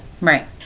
right